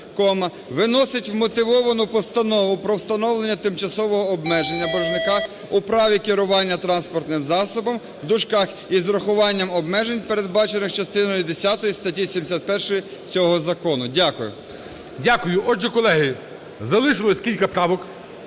виносить вмотивовану постанову про встановлення тимчасового обмеження боржника у праві керування транспортним засобом (із врахуванням обмежень, передбачених частиною десятою статті 71 цього закону)". Дякую. ГОЛОВУЮЧИЙ. Дякую. Отже, колеги, залишилось кілька правок.